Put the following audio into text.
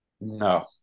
No